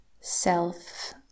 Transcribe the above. self